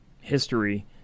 history